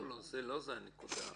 לא זאת הנקודה.